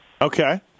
Okay